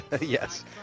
Yes